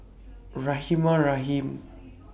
Rahimah Rahim